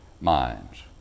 minds